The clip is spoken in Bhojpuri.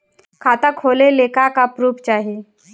खाता खोलले का का प्रूफ चाही?